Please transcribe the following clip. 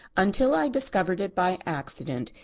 until i discovered it by accident.